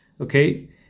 okay